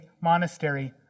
monastery